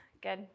Good